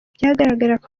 byagaragaraga